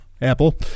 Apple